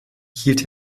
hielt